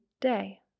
day